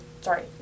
sorry